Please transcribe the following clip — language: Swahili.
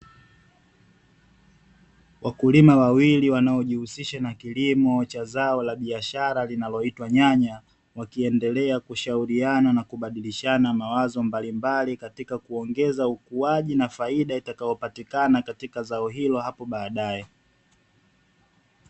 Wakulima wawili wanaojihusisha na kilimo cha zao la biashara linaloitwa nyanya, wakiendelea kushauriana na kubadilidhana mawazo mbalimbali katika kuongeza ukuaji, na faida itakayopatikana katika zao hilo baadae.